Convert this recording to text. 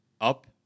up